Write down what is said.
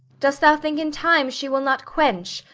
dost thou think in time she will not quench,